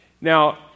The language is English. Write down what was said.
Now